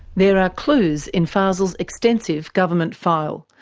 there are clues in fazel's extensive government file,